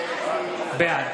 בעד